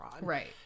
Right